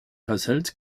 hasselt